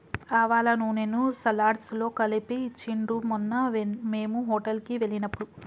ఆవాల నూనెను సలాడ్స్ లో కలిపి ఇచ్చిండ్రు మొన్న మేము హోటల్ కి వెళ్ళినప్పుడు